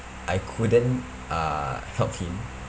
I couldn't uh help him